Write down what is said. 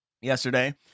yesterday